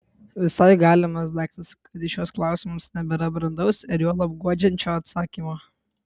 visai galimas daiktas kad į šiuos klausimus nebėra brandaus ir juolab guodžiančio atsakymo